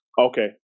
Okay